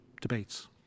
debates